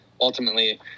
ultimately